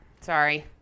sorry